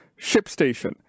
ShipStation